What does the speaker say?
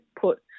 put